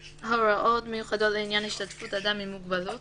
הוראות מיוחדות לעניין השתתפות אדם עם מוגבלות